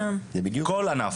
כל ענף.